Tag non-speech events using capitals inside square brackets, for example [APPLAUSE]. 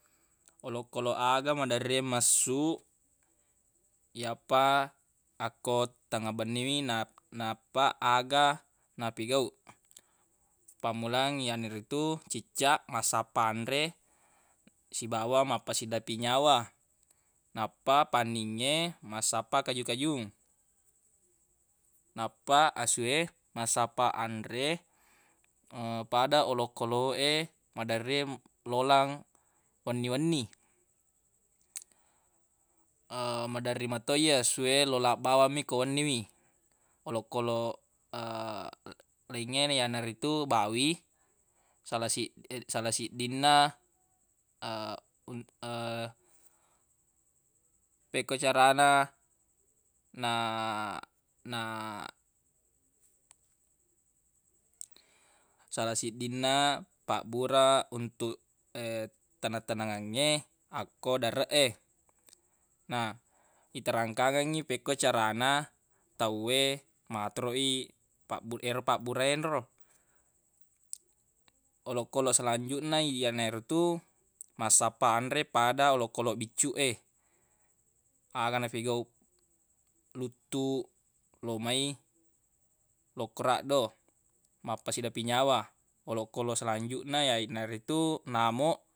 Olokoloq aga maderri messu yappa akko tengnga benni wi nap- nappa aga napigau pammulang iyanaritu ciccaq massappa anre sibawa mappasidapi nyawa nappa panningnge massappa kaju-kajung nappa asu e masappa anre [HESITATION] pada olokoloq e maderri lolang wenni-wenni [HESITATION] maderri mato ye asu e lolang bawammi ko wenni wi olokoloq [HESITATION] laingnge yanaritu bawi sala sid- sala siddinna [NOISE] [HESITATION] un- [HESITATION] pekko carana na- na sala siddinna pabbura untuq [HESITATION] taneng-tanengengnge akko dareq e na iterangkangengngi pekko carana tawwe matoroq i pabbu- ero pabburana enro [NOISE] olokoloq selanjuq na yanarotu massappa anre pada olokoloq biccuq e [NOISE] aga nafigau luttu lo mai lo koroaq do mappasidapi nyawa olokoloq selanjuqna yainaritu namoq.